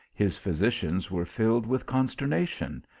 his physicians were filled with consternation,